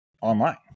online